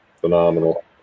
Phenomenal